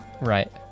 Right